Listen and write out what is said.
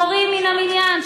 מורים מן המניין,